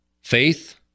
faith